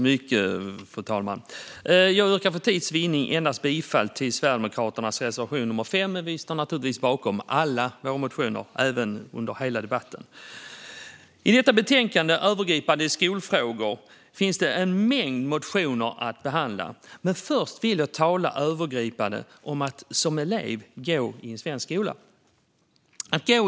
Fru talman! Jag yrkar för tids vinning bifall endast till Sverigedemokraternas reservation nummer 5, men vi står naturligtvis bakom alla våra motioner under hela debatten. I detta betänkande om övergripande skolfrågor finns en mängd motioner att behandla, men först vill jag tala om hur det är att som elev gå i svensk skola.